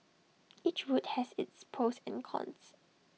each route has its pros and cons